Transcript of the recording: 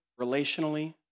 relationally